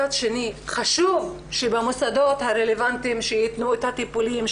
מצד שני חשוב שבמוסדות הרלוונטיים ייתנו את הטיפולים,